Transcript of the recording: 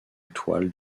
toile